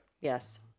Yes